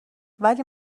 ولی